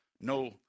no